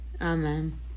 Amen